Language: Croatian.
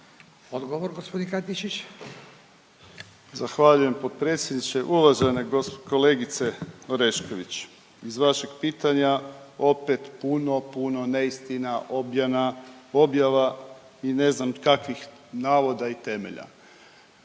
Krunoslav (HDZ)** Zahvaljujem potpredsjedniče. Uvažene kolegice Orešković iz vašeg pitanja opet puno, puno neistina, objava i ne znam kakvih navoda i temelja.